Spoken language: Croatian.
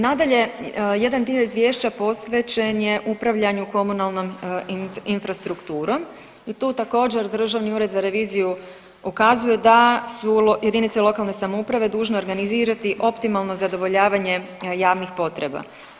Nadalje, jedan dio Izvješća posvećen je upravljanju komunalnom infrastrukturom i tu također, Državni ured za reviziju ukazuje da su jedinice lokalne samouprave dužne organizirati optimalno zadovoljavanje javnih potreba.